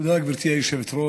תודה, גברתי היושבת-ראש.